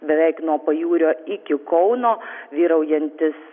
beveik nuo pajūrio iki kauno vyraujantys